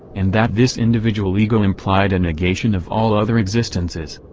and that this individual ego implied a negation of all other existences.